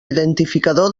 identificador